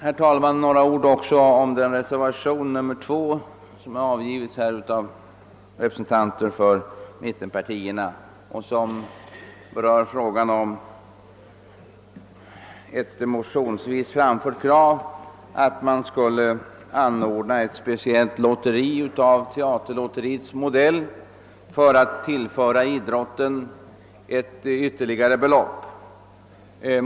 Herr talman! Låt mig säga några ord också om den reservation, nr 2, som vi representanter för mittenpartierna avgivit och som berör ett motionsvis framfört krav att det skall anordnas ett speciellt lotteri av det s.k. teaterlotteriets modell för att tillföra idrotten ytterligare belopp.